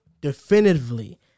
definitively